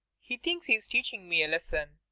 he thinks he's teaching me a lesson.